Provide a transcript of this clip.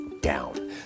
down